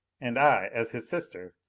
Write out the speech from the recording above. and i as his sister,